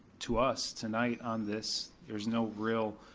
to us tonight on this. there's no real,